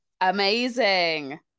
amazing